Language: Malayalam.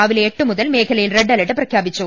രാവിലെ എട്ടു മുതൽ മേഖലയിൽ റെഡ് അലർട്ട് പ്രഖ്യാപിച്ചു